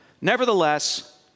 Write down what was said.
Nevertheless